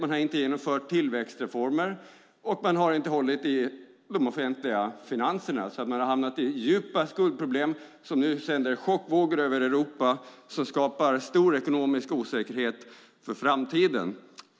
Man har inte genomfört tillväxtreformer, och man har inte hållit i de offentliga finanserna, så man har hamnat i djupa skuldproblem som nu sänder chockvågor över Europa och skapar stor ekonomisk osäkerhet för framtiden.